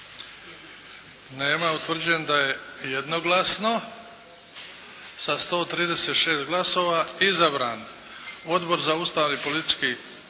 Nema. Utvrđujem da je jednoglasno sa 136 glasova izabran Odbor za Ustav, poslovnik